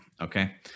okay